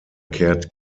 kehrt